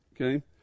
Okay